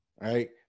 right